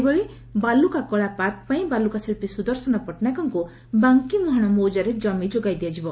ସେହିପରି ବାଲୁକା କଳା ପାର୍କ ପାଇଁ ବାଲୁକା ଶିଙ୍ଗୀ ସୁଦର୍ଶନ ପଟନାୟକଙ୍ଙୁ ବାଙ୍କୀ ମୁହାଣ ମୌଜାରେ କମି ଯୋଗାଇଦିଆଯିବ